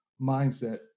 mindset